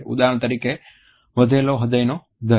ઉદાહરણ તરીકે વધેલો હૃદયનો દર